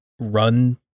run